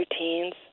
routines